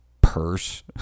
purse